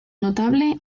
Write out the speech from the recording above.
notable